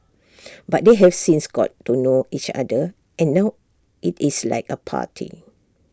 but they have since got to know each other and now IT is like A party